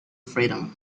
freedom